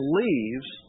leaves